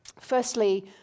Firstly